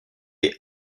est